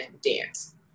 dance